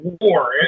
war